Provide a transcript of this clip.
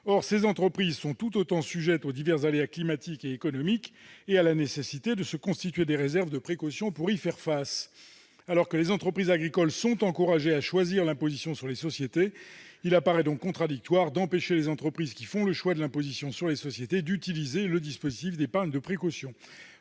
Or ces entreprises sont tout autant sujettes aux divers aléas climatiques et économiques et à la nécessité de se constituer des réserves de précaution pour y faire face. Alors que les entreprises agricoles sont encouragées à choisir l'imposition sur les sociétés, il apparaît contradictoire d'empêcher celles d'entre elles qui font ce choix d'utiliser le dispositif d'épargne de précaution.